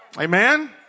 Amen